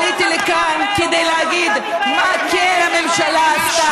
עליתי לכאן כדי להגיד מה כן הממשלה עשתה משנת,